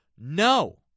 no